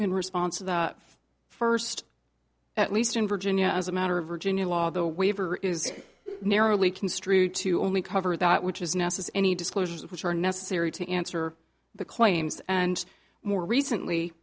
in response to the first at least in virginia as a matter of virginia law the waiver is narrowly construed to only cover that which is now says any disclosures which are necessary to answer the claims and more recently